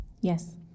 Yes